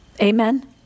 Amen